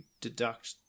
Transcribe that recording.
deduct